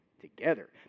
together